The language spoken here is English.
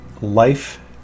life